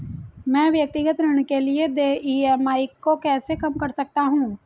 मैं व्यक्तिगत ऋण के लिए देय ई.एम.आई को कैसे कम कर सकता हूँ?